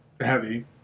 heavy